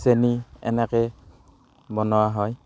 চেনি এনেকৈ বনোৱা হয়